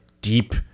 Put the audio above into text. deep